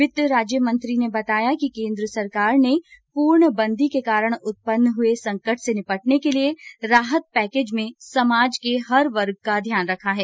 वित्त राज्य मंत्री ने बताया कि केन्द्र सरकार ने पूर्णबंदी के कारण उत्पन्न हुए संकट से निपटने के लिए राहत पैकेज में समाज के हर वर्ग का ध्यान रखा है